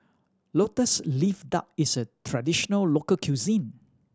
Lotus Leaf Duck is a traditional local cuisine